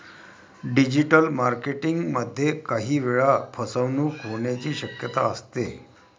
digital marketing मध्ये काही वेळा फसवणूक होण्याची शक्यता असते